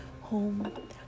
home